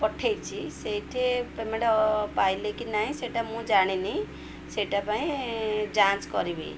ପଠାଇଛି ସେଇଠି ପେମେଣ୍ଟ ପାଇଲେ କି ନାହିଁ ସେଇଟା ମୁଁ ଜାଣିନି ସେଇଟା ପାଇଁ ଯାଞ୍ଚ କରିବି